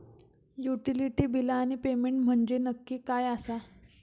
Utility बिला आणि payment म्हंजे नक्की काय आसा?